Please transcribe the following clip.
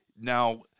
now